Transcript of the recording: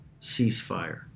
ceasefire